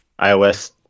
iOS